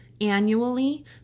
annually